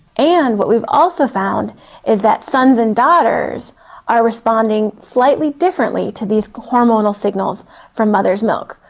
and what we've also found is that sons and daughters are responding slightly differently to these hormonal signals from mother's milk.